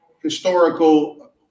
historical